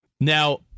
Now